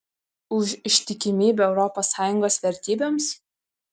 už ištikimybę europos sąjungos vertybėms